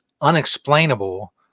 unexplainable